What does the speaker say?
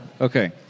Okay